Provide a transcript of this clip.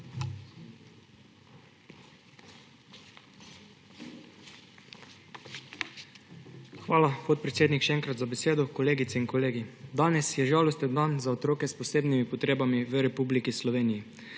Hvala, podpredsednik, še enkrat za besedo. Kolegice in kolegi! Danes je žalosten dan za otroke s posebnimi potrebami v Republiki Sloveniji.